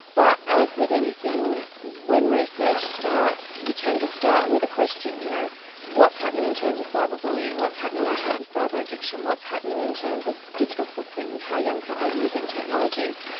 but as with anything, when research starts, you tend to start with a question you know what's happening in terms of cyber bullying, what's happening in terms of cyber addiction, what's happening in terms of digital footprint and how young people are using technologies?